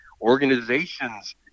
Organizations